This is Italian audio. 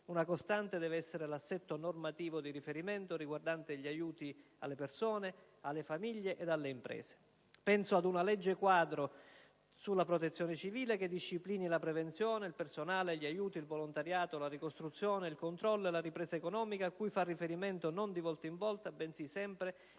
una costante deve essere l'assetto normativo di riferimento riguardante gli aiuti alle persone, alle famiglie ed alle imprese. Penso ad una legge quadro sulla Protezione civile che disciplini la prevenzione, il personale, gli aiuti, il volontariato, la ricostruzione, il controllo e la ripresa economica, a cui far riferimento non di volta in volta, bensì sempre e sempre con le